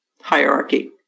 hierarchy